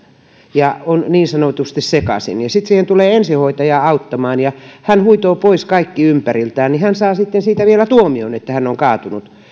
ja on niin sanotusti sekaisin ja sitten siihen tulee ensihoitaja auttamaan niin hän huitoo pois kaikki ympäriltään ja saa sitten siitä vielä tuomion kun on kaatunut